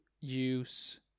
use